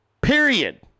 Period